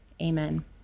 Amen